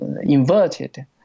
inverted